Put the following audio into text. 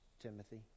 Timothy